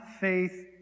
faith